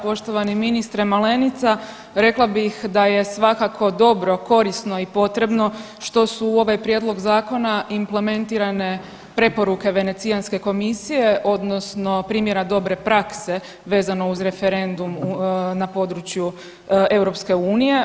Poštovani ministre Malenica, rekla bih da je svakako dobro, korisno i potrebno što su u ovaj prijedlog zakona implementirane preporuke Venecijanske komisije odnosno primjera dobre prakse vezano uz referendum na području EU.